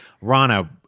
Rana